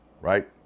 right